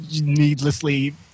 needlessly